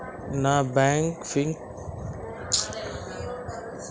నా bank fixed deposit నుండి నేను ఏమి ఆశించాలి?